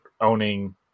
owning